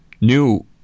new